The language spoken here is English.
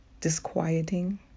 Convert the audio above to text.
Disquieting